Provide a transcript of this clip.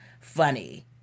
funny